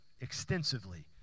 extensively